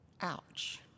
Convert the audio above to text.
Ouch